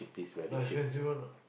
not expensive one or not